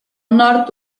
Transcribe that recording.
nord